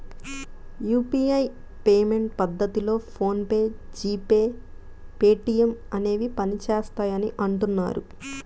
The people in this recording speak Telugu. యూపీఐ పేమెంట్ పద్ధతిలో PhonePe, GPay, Paytm అనేవి పనిచేస్తాయని అంటున్నారు